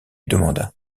demanda